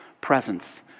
presence